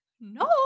No